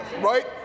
right